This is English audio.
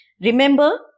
Remember